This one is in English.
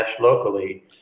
locally